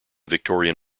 victorian